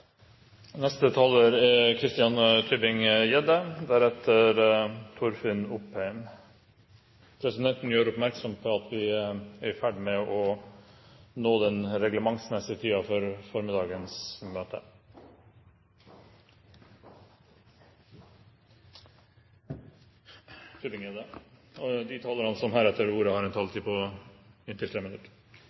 Presidenten gjør oppmerksom på at vi er i ferd med å nå den reglementsmessige tiden for formiddagens møte. De talerne som heretter får ordet, har en taletid på inntil 3 minutter.